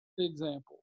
example